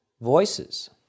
voices